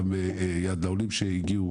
גם "יד לעולים" שהגיעו,